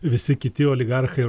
visi kiti oligarchai